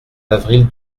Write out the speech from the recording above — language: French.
avril